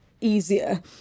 easier